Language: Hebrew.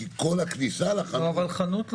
כי כל הכניסה לחנות --- שנייה.